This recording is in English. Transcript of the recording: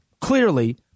Clearly